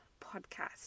podcast